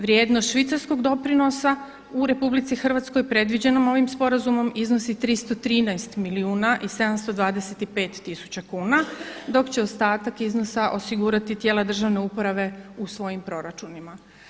Vrijednost švicarskog doprinosa u RH predviđeno ovim sporazumom iznosi 313 milijuna i 725 tisuća kuna dok će ostatak iznosa osigurati tijela državne uprave u svojim proračunima.